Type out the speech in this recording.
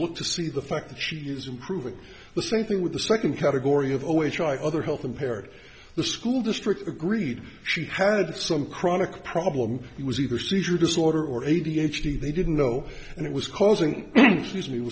look to see the fact that she is improving the same thing with the second category of always try other health impaired the school district agreed she had some chronic problems he was either seizure disorder or a d h he they didn't know and it was causing excuse me